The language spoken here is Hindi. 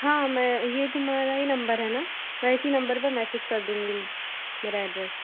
हाँ मैं ये तुम्हारा ही नंबर है ना मैं इसी नंबर पर मैसेज कर दूंगी मेरा ऐड्रेस